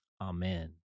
Amen